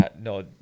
no